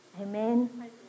Amen